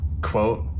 quote